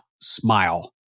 smile